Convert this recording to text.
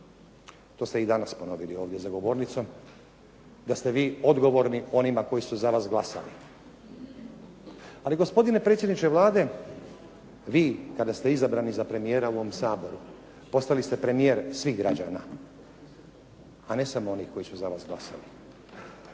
To ste i danas ponovili ovdje za govornicom, da ste vi odgovorni onima koji su za vas glasali, ali gospodine predsjedniče Vlade vi kada ste izabrani za premijera u ovom Saboru, postali ste premijer svih građana, a ne samo onih koji su za vas glasali.